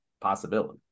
possibility